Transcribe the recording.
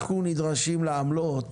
אנחנו נדרשים לעמלות